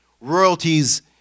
royalties